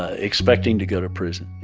ah expecting to go to prison,